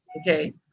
Okay